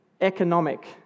economic